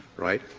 right?